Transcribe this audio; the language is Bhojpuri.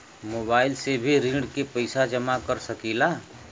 मोबाइल से भी ऋण के पैसा जमा कर सकी ला?